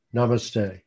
Namaste